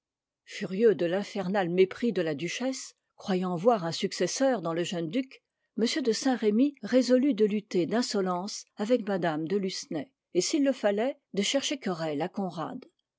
furieux de l'infernal mépris de la duchesse croyant voir un successeur dans le jeune duc m de saint-remy résolut de lutter d'insolence avec mme de lucenay et s'il le fallait de chercher querelle à